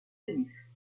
tenue